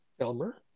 Elmer